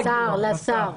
לשר.